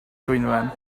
dwynwen